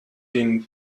den